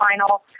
final